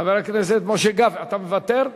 חבר הכנסת משה גפני, אתה מוותר?